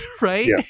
right